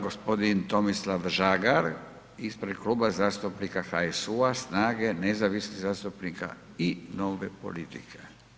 G. Tomislav Žagar ispred Kluba zastupnika HSU-a, SNAGA-e, nezavisnih zastupnika i Nove politike.